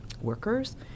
workers